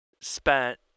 spent